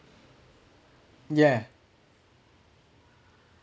yeah